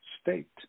state